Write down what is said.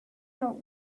note